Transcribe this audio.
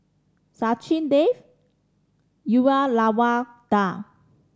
Sachin Dev Uyyalawada